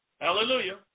Hallelujah